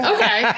Okay